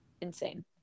Insane